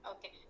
Okay